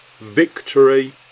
victory